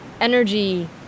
energy